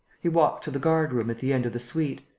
he walked to the guard-room at the end of the suite.